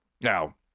now